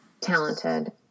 talented